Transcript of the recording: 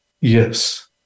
yes